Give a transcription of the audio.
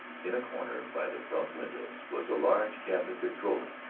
in a corner by the front windows was a large cabinet victrola.